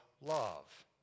love